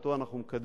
שאותו אנחנו מקדמים,